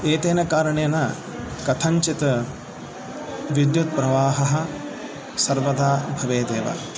एतेन कारणेन कथञ्चित् विद्युत्प्रवाहः सर्वदा भवदेव